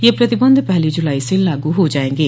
ये प्रतिबंध पहली जुलाई से लागू हो जाएंगे